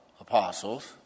apostles